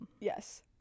Yes